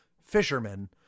fishermen